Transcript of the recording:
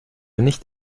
nicht